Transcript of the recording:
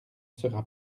sera